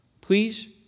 Please